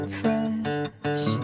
fresh